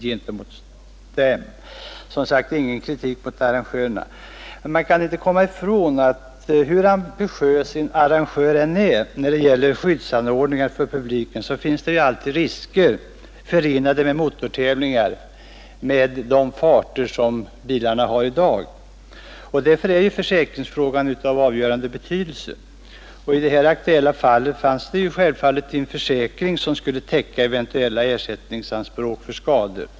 Men vi kan inte komma ifrån att hur ambitiös en arrangör än är när det gäller skyddsanordningar för publiken, finns det alltid risker förenade med motortävlingar med de farter bilen har i dag. Därför är försäkringsfrågan av avgörande betydelse. I det aktuella fallet fanns givetvis en försäkring som skulle täcka eventuella ersättningsanspråk för skador.